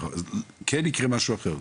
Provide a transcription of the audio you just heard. כן יקרה משהו אחר.